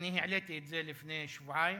אני העליתי את זה לפני שבועיים,